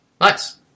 Nice